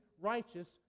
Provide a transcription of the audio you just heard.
righteous